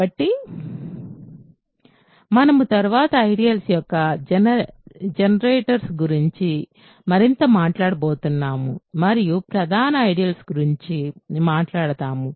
కాబట్టి మనము తరువాత ఐడియల్స్ యొక్క జనరేటటర్స్ గురించి మరింత మాట్లాడబోతున్నాము మరియు ప్రధాన ఐడియల్స్ గురించి మాట్లాడతాము